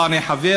שבה אני חבר,